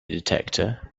detector